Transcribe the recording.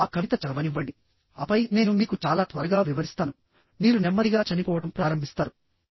నన్ను ఆ కవిత చదవనివ్వండి ఆపై నేను మీకు చాలా త్వరగా వివరిస్తాను మీరు నెమ్మదిగా చనిపోవడం ప్రారంభిస్తారు